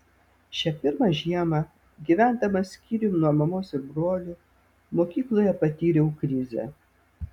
šią pirmą žiemą gyvendamas skyrium nuo mamos ir brolių mokykloje patyriau krizę